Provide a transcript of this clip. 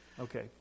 Okay